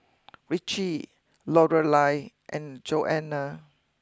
Ritchie Lorelei and Joana